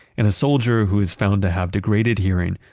and a soldier who is found to have degraded hearing,